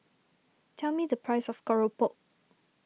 tell me the price of Keropok